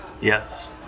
Yes